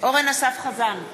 אורן אסף חזן,